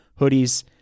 hoodies